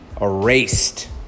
erased